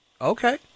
okay